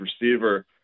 receiver